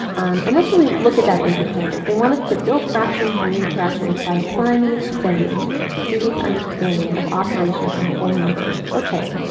and let's really look at that anchor standard. they want us to build fractions from unit fractions by applying and extending previous understanding of operations on whole numbers. ok.